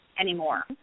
anymore